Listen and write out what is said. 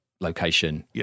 location